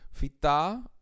FITA